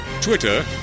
Twitter